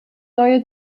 neue